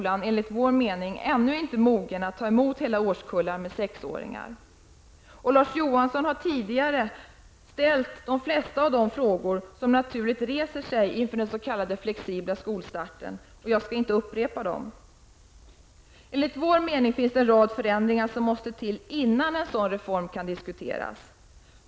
Larz Johansson har tidigare ställt de flesta av de frågor som naturligt infinner sig inför den s.k. flexibla skolstarten. Jag skall inte upprepa dem. Enligt vår mening måste en rad förändringar till innan en sådan reform kan diskuteras.